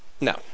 No